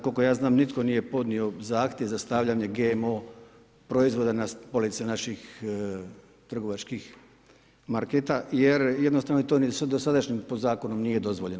Koliko ja znam nitko nije podnio zahtjev za stavljanje GMO proizvoda na police naših trgovačkih marketa jer jednostavno to ni po sadašnjem zakonom nije dozvoljeno.